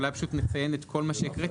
אולי פשוט נציין את כל מה שהקראתי,